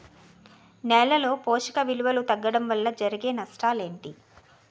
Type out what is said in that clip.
నేలలో పోషక విలువలు తగ్గడం వల్ల జరిగే నష్టాలేంటి?